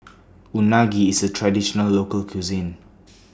Unagi IS A Traditional Local Cuisine